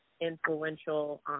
influential